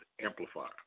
amplifier